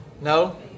No